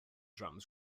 drums